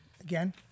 Again